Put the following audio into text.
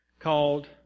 called